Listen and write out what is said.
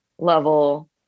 level